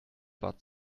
bud